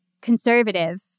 conservative